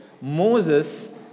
Moses